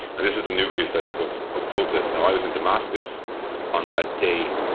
and this is the nucleus i think of of protests now. i was in damascus on that day,